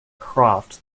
croft